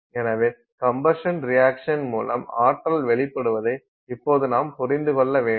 எனவே combustion reaction மூலம் ஆற்றல் வெளிப்படுவதை இப்போது நாம் புரிந்துகொள்ள வேண்டும்